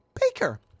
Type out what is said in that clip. Baker